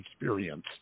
experience